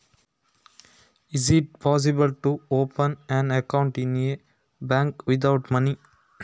ಕಾಸು ಇಲ್ಲದ ಬ್ಯಾಂಕ್ ನಲ್ಲಿ ಅಕೌಂಟ್ ಶುರು ಮಾಡ್ಲಿಕ್ಕೆ ಆಗ್ತದಾ?